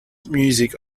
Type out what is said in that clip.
music